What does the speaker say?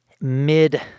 Mid